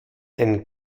ein